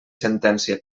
sentència